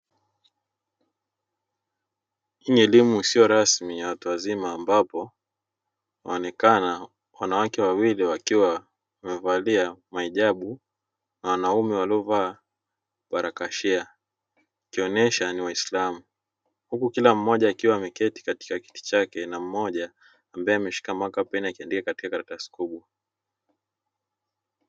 Hii ni elimu isiyo rasmi ya watu wazima, ambapo wanaonekana wanawake wawili wakiwa wamevali mahijabu na wanaume waliovaa barakashia ikionyesha ni waisilamu, huku kila mmoja akiwa ameketi katika kiti chake na mmoja ambae ameshika makapeni akiandika katika karatasi kubwa.